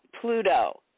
Pluto